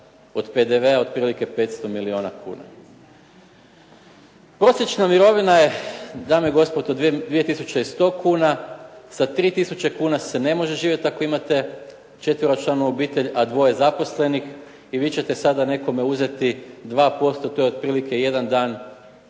od PDV-a otprilike 500 milijuna kuna. Prosječna mirovina je, dame i gospodo, 2100 kuna, sa 3000 kuna se ne može živjeti ako imate četveročlanu obitelj, a dvoje zaposlenih i vi ćete sada nekome uzeti 2%, to je otprilike jedan dan u